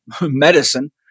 medicine